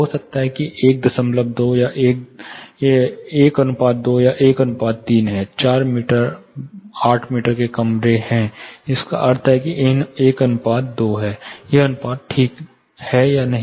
हो सकता है यह 1 2 या 1 3 है 4 मीटर 8 मीटर के कमरे से जिसका अर्थ है 1 2 है यह अनुपात ठीक है या नहीं